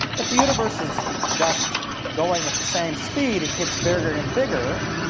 if the universe is just going at the same speed, it gets bigger and bigger,